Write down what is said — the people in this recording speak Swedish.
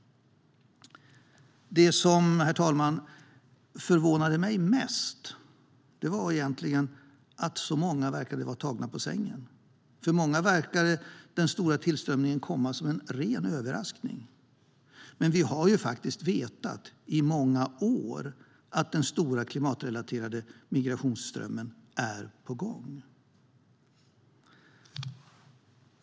Herr talman! Det som förvånade mig mest var egentligen att så många verkade vara tagna på sängen. För många verkade den stora tillströmningen komma som en ren överraskning. Men vi har ju vetat i många år att den stora klimatrelaterade migrationsströmmen är på gång.